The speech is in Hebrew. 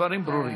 הדברים ברורים.